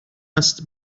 است